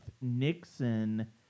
Nixon